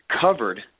covered